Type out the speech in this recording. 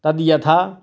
तद् यथा